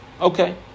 Okay